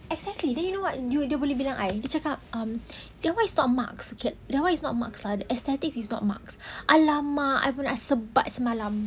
exactly then you know what you the dia dia boleh bilang I dia cakap um that one is not marks okay that one is not marks lah the aesthetics is not marks !alamak! I macam nak sebat semalam